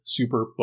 Superbook